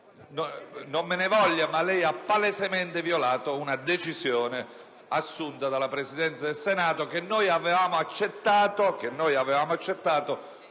non me ne voglia, ma lei ha palesemente violato una decisione assunta dalla Presidenza del Senato che noi avevamo accettato,